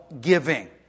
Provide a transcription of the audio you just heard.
giving